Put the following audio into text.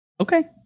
Okay